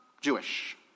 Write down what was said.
Jewish